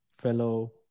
fellow